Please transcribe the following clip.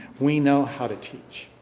we know how to teach.